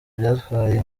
byatwaye